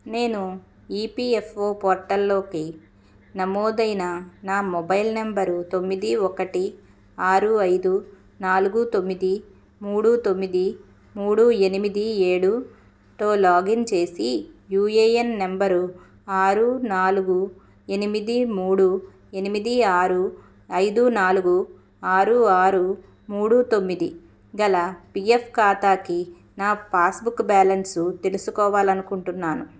నేను ఈపిఎఫ్ఓ పోర్టల్లోకి నమోదయిన నా మొబైల్ నెంబర్ తొమ్మిది ఒకటి ఆరు ఐదు నాలుగు తొమ్మిది మూడు తొమ్మది మూడు ఎనిమిది ఏడుతో లాగిన్ చేసి యూఏయన్ నెంబర్ ఆరు నాలుగు ఎనిమిది మూడు ఎనిమిది ఆరు ఐదు నాలుగు ఆరు ఆరు మూడు తొమ్మిది గల పీఎఫ్ ఖాతాకి నా పాస్బుక్ బ్యాలెన్స్ తెలుసుకోవాలనుకుంటున్నాను